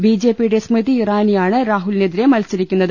ബിജെപിയുടെ സ്മൃതി ഇറാനിയാണ് രാഹുലിനെതിരെ മത്സരി ക്കുന്നത്